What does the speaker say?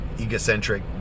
egocentric